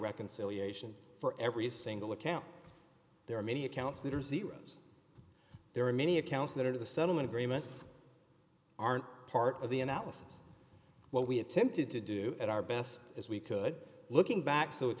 reconciliation for every single account there are many accounts that are zeroes there are many accounts that are the settlement agreement aren't part of the analysis what we attempted to do at our best as we could looking back so it's